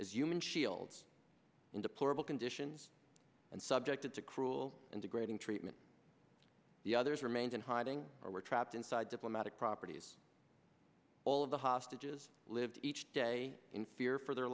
as human shields in deplorable conditions and subjected to cruel and degrading treatment the others remained in hiding or were trapped inside diplomatic properties all of the hostages lived each day in fear for their